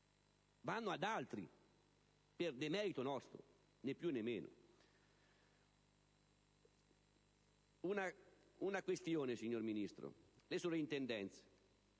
Vanno ad altri per demerito nostro: né più né meno. Un'altra questione, signor Ministro, le sottopongo,